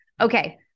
Okay